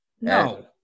No